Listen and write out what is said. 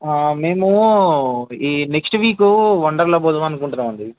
మేము ఈ next week Wonderla పోదాము అనుకుంటున్నామండి